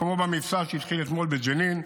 כמו במבצע שהתחיל אתמול בג'נין,